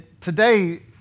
Today